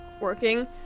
working